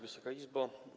Wysoka Izbo!